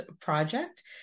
project